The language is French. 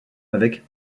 avec